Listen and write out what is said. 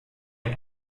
ein